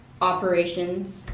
operations